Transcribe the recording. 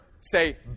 say